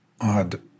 odd